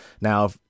Now